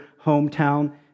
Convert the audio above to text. hometown